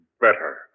better